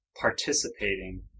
participating